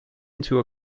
into